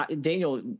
Daniel